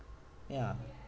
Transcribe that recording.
ya